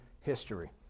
history